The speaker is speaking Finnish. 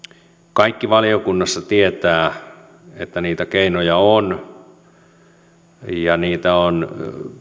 kaikki valiokunnassa tietävät että niitä keinoja on ja niitä on